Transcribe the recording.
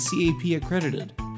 CAP-accredited